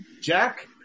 Jack